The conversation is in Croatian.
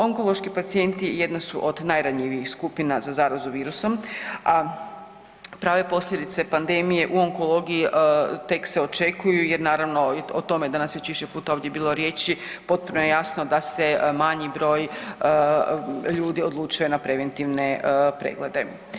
Oko onkološki pacijenti jedna su od najranjivijih skupina za zarazu virusom, a prave posljedice pandemije u onkologiji tek se očekuju jer naravno o tome je danas već više puta bilo ovdje riječi, potpuno je jasno da se manji broj ljudi odlučuje na preventivne preglede.